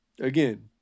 again